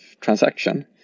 transaction